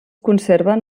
conserven